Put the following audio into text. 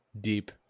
deep